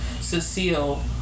Cecile